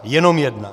Jenom jedna!